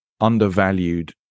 undervalued